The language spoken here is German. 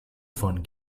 von